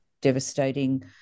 devastating